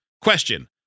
question